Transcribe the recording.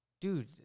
Dude